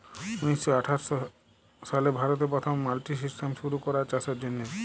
উনিশ শ আঠাশ সালে ভারতে পথম মাল্ডি সিস্টেম শুরু ক্যরা চাষের জ্যনহে